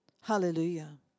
Hallelujah